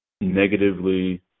negatively